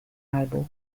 albo